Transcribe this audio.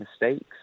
mistakes